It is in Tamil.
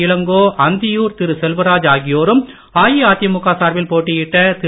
இளங்கோ அந்தியூர் செல்வராஜ் ஆகியோரும் அஇஅதிமுக சார்பில் போட்டியிட்ட திரு